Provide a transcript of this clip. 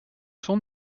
sont